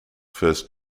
first